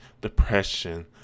depression